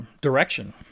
direction